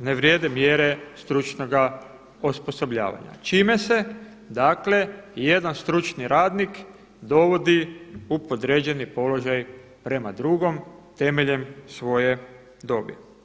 ne vrijede mjere stručnog osposobljavanja, čime se jedan stručni radnik dovodi u podređeni položaj prema drugom temeljem svoje dobi.